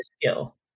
skill